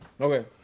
Okay